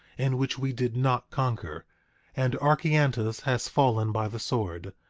in which we did not conquer and archeantus has fallen by the sword,